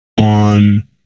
on